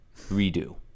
redo